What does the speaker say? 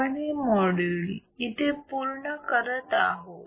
आपण हे मॉड्यूल येथे पूर्ण करत आहोत